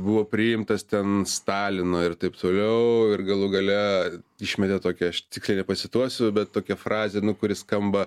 buvo priimtas ten stalino ir taip toliau ir galų gale išmetė tokią aš tiksliai nepacituosiu bet tokią frazę nu kuri skamba